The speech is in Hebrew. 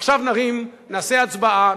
עכשיו נעשה הצבעה,